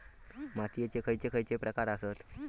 मातीयेचे खैचे खैचे प्रकार आसत?